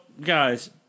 guys